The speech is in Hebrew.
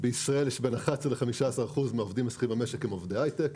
בין 11 ל-15 אחוז מהעובדים השכירים במשק בישראל הם עובדי הייטק.